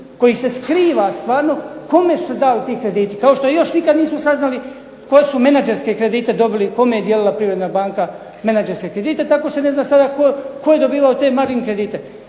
koji se skriva stvarno kome su se dali ti krediti kao što još uvijek nismo saznali tko je menađerske kredite dobio, kome je dijelila Privredna banka menađerske kredite tako se ne zna sada tko je dobivao te margin kredite.